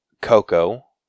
Coco